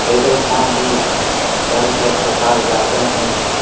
पैदल पाँव ही शहर के अस्पताल जाते हैं